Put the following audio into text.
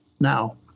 now